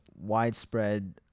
widespread